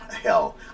Hell